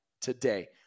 today